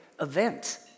event